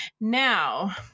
Now